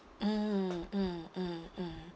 mm mm mm mm